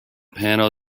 panel